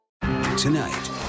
Tonight